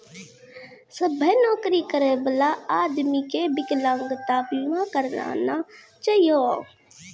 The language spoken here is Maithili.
सभ्भे नौकरी करै बला आदमी के बिकलांगता बीमा करना चाहियो